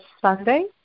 Sunday